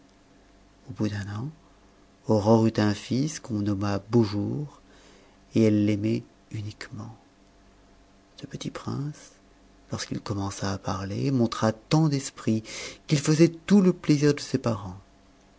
au bout d'un an aurore eut un fils qu'on nomma beaujour et elle l'aimait uniquement ce petit prince lorsqu'il commença à parler montra tant d'esprit qu'il faisait tout le plaisir de ses parents